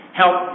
help